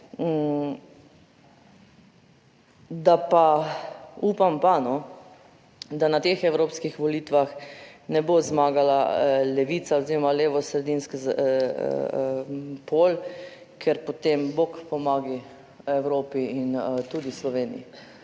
upam pa no, da na teh evropskih volitvah ne bo zmagala levica oziroma levosredinski pol, ker potem bog pomagaj Evropi in tudi Sloveniji,